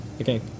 okay